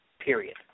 period